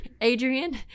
Adrian